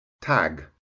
Tag